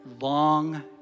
long